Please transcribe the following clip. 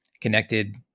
connected